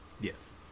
Yes